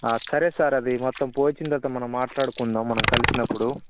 సరే సార్ అది మొత్తం పోల్చిన తర్వాత మనం మాట్లాడుకుందాం మనం కలిసినప్పుడు